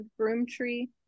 Broomtree